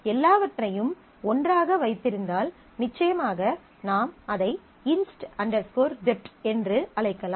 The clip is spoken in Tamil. எல்லாவற்றையும் ஒன்றாக வைத்திருந்தால் நிச்சயமாக நாம் அதை இன்ஸ்ட் டெப்ட் inst dept என்று அழைக்கலாம்